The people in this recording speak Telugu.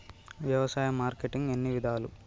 వ్యవసాయ మార్కెటింగ్ ఎన్ని విధాలు?